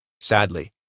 Sadly